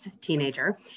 teenager